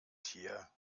tier